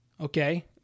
Okay